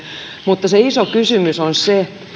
mutta se iso kysymys on se